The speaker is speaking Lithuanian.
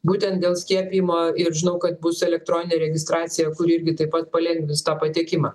būtent dėl skiepijimo ir žinau kad bus elektroninė registracija kuri irgi taip pat palengvins tą patiekimą